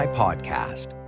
podcast